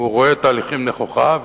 והוא רואה תהליכים נכוחה,